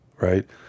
right